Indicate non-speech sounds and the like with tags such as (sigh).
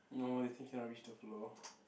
no later cannot reach the floor (breath)